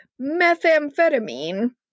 methamphetamine